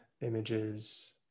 images